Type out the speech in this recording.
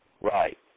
Right